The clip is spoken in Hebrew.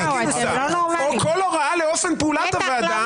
כל הוראה לאופן פעולת הוועדה,